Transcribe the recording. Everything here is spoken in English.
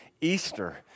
Easter